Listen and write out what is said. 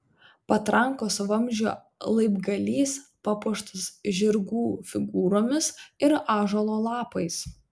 patrankos vamzdžio laibgalys papuoštas žirgų figūromis ir ąžuolo lapais